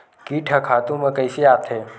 कीट ह खातु म कइसे आथे?